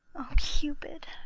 o cupid,